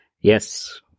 yes